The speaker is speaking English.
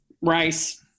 Rice